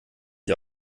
ich